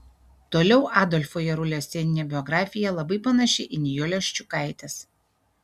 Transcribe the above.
toliau adolfo jarulio sceninė biografija labai panaši į nijolės ščiukaitės